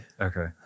Okay